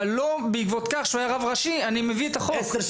אבל לא בעקבות כך שהוא היה רב ראשי אני מביא את החוק.